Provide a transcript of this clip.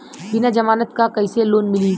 बिना जमानत क कइसे लोन मिली?